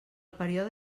període